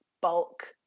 bulk